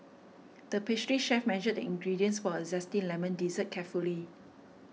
the pastry chef measured the ingredients for a Zesty Lemon Dessert carefully